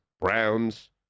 Browns